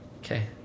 Okay